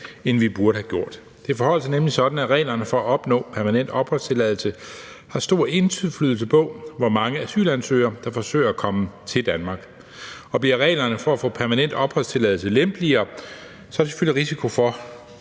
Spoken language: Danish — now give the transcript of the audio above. end vi burde have gjort. Det forholder sig nemlig sådan, at reglerne for at opnå permanent opholdstilladelse har stor indflydelse på, hvor mange asylansøgere der forsøger at komme til Danmark, og bliver reglerne for at få permanent opholdstilladelse lempeligere, er der selvfølgelig en risiko for,